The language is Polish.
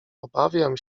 obawiam